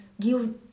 give